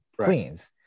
Queens